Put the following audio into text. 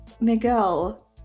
Miguel